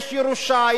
יש ירושה,